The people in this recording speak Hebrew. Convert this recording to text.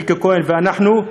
מיקי כהן ואנחנו,